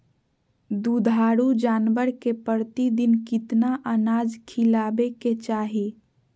दुधारू जानवर के प्रतिदिन कितना अनाज खिलावे के चाही?